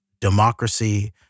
democracy